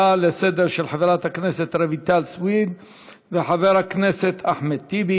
אנחנו עוברים להצעה לסדר-היום בנושא: שרפת אחות למוות בקופת-חולים,